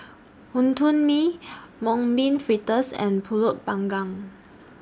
Wonton Mee Mung Bean Fritters and Pulut Panggang